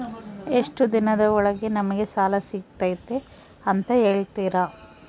ಎಷ್ಟು ದಿನದ ಒಳಗೆ ನಮಗೆ ಸಾಲ ಸಿಗ್ತೈತೆ ಅಂತ ಹೇಳ್ತೇರಾ?